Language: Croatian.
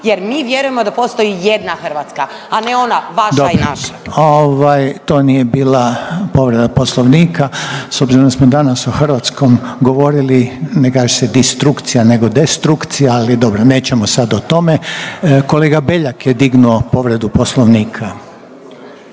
jer mi vjerujemo da postoji jedna Hrvatska, a ne ona vaša i naša. **Reiner, Željko (HDZ)** Dobro. To nije bila povreda Poslovnika. S obzirom da smo danas o hrvatskom govorili ne kaže se distrukcija nego destrukcija ali dobro, nećemo sad o tome. Kolega Beljak je dignuo povredu Poslovnika.